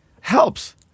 helps